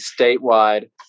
statewide